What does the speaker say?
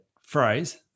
phrase